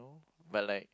but like